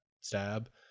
stab